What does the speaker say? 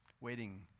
Waiting